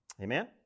Amen